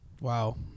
Wow